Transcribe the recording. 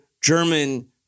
German